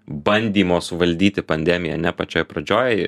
bandymo suvaldyti pandemiją ne pačioj pradžioj